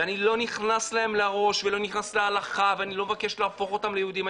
ואני לא נכנס להם לראש ולא נכנס להלכה ואני לא מבקש להפוך אותם ליהודים,